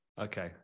okay